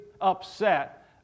upset